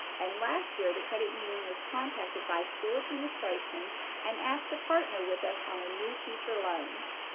and last year the credit union was contacted by school administration and asked to partner with us on a new teacher loan.